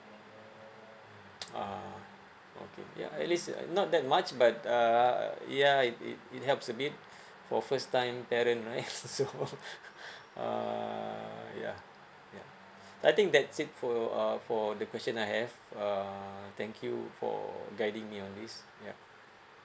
ah okay ya at least uh not that much but uh yeah it it it helps a bit for first time parent right so uh yeah yeah I think that's it for uh for the question I have uh thank you for guiding me on this yup